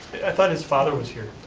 i thought his father was here.